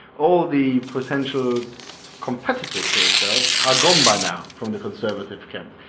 all the potential competitors to herself are gone by now from the conservative camp.